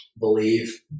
believe